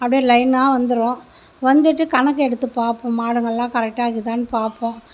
அப்படியே லைனாக வந்துரும் வந்துவிட்டு கணக்கெடுத்து பார்ப்போம் மாடுங்கள்லாம் கரெக்டாக இருக்குதான்னு பார்ப்போம்